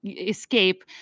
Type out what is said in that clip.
escape